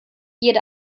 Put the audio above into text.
jede